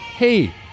Hey